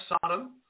Sodom